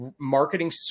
marketing